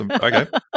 Okay